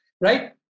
right